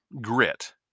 grit